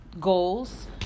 goals